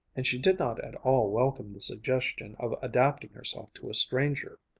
and she did not at all welcome the suggestion of adapting herself to a stranger.